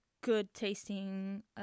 good-tasting